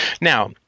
Now